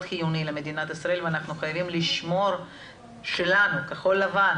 חיוני למדינת ישראל ואנחנו חייבים לשמור על כחול לבן,